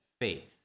faith